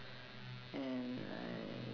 and I